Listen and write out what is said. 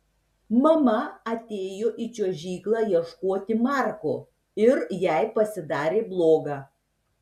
mama atėjo į čiuožyklą ieškoti marko ir jai pasidarė bloga